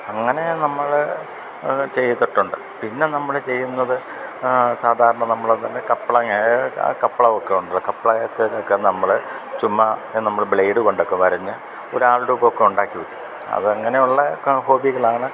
അങ്ങനെ നമ്മൾ ചെയ്തട്ടൊണ്ട് പിന്നെ നമ്മൾ ചെയ്യുന്നത് സാധാരണ നമ്മൾ തന്നെ കപ്പളങ്ങ കപ്പളവൊക്കെ ഒണ്ടല്ലോ കപ്പളയത്തിനെക്കെ നമ്മള് ചുമ്മാ നമ്മൾ ബ്ലേഡ് കൊണ്ടെക്കെ വരഞ്ഞ് ഒരാൾ രൂപോക്കെ ഉണ്ടാക്കി വെക്കും അത് അങ്ങനെയൊള്ളെ ക ഹോബികളാണ്